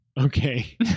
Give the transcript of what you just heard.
Okay